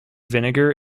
vinegar